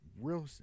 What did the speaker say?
real